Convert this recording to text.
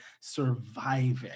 surviving